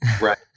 Right